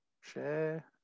Share